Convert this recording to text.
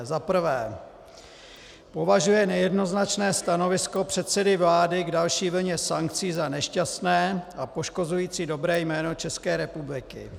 1. považuje nejednoznačné stanovisko předsedy vlády k další vlně sankcí za nešťastné a poškozující dobré jméno České republiky,